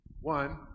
One